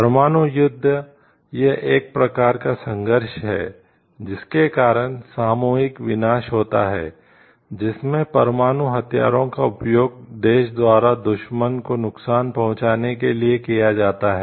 परमाणु युद्ध यह एक प्रकार का संघर्ष है जिसके कारण सामूहिक विनाश होता है जिसमें परमाणु हथियारों का उपयोग देश द्वारा दुश्मन को नुकसान पहुंचाने के लिए किया जाता है